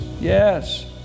yes